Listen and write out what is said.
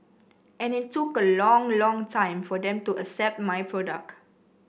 and it took a long long time for them to accept my product